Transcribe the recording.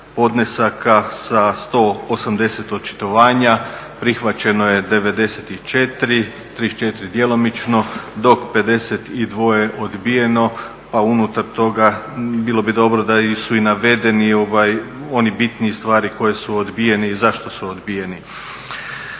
podnesaka sa 180 očitovanja, prihvaćeno je 94, 34 djelomično, dok 52 odbijeno, a unutar toga bilo bi dobro da su i navedene one bitnije stvari koje su odbijeni i zašto su odbijeni.